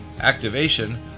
activation